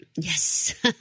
Yes